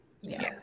Yes